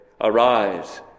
arise